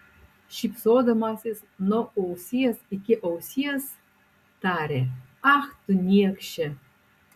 šypsodamasis nuo ausies iki ausies tarė ach tu niekše